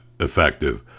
effective